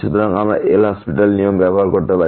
সুতরাং আমরা LHospital নিয়ম ব্যবহার করতে পারি